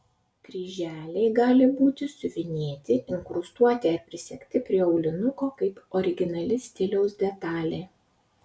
kryželiai gali būti siuvinėti inkrustuoti ar prisegti prie aulinuko kaip originali stiliaus detalė